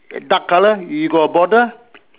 dark colour you got a border